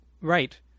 Right